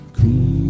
Cool